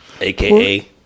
aka